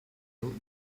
killed